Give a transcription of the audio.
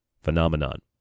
phenomenon